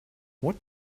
what